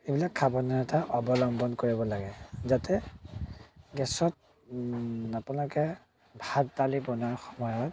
এইবিলাক সাৱধানতা অৱলম্বন কৰিব লাগে যাতে গেছত আপোনালোকে ভাত দালি বনোৱাৰ সময়ত